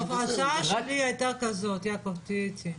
טוב, השאלה שלי הייתה כזאת, יעקב תהיה אתי,